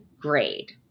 grade